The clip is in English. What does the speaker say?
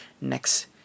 next